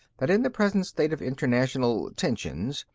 that in the present state of international tensions,